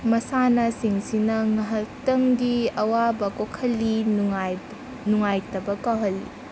ꯃꯁꯥꯟꯅꯁꯤꯡꯁꯤꯅ ꯉꯥꯏꯍꯥꯛꯇꯪꯒꯤ ꯑꯋꯥꯕ ꯀꯣꯛꯍꯜꯂꯤ ꯅꯨꯡꯉꯥꯏ ꯅꯨꯡꯉꯥꯏꯇꯕ ꯀꯥꯎꯍꯜꯂꯤ